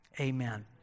amen